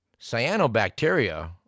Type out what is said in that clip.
cyanobacteria